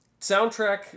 soundtrack